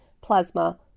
plasma